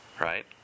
right